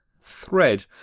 thread